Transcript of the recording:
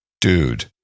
Dude